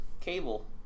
Cable